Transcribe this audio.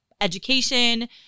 education